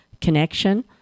connection